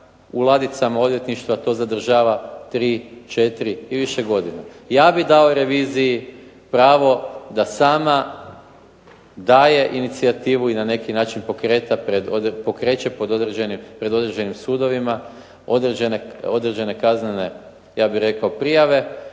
u ladicama odvjetništva to zadržava 3, 4 i više godina. Ja bih dao reviziji pravo da sama daje inicijativu i na neki način pokreće pred određenim sudovima određene kaznene prijave,